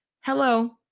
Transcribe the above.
Hello